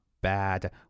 bad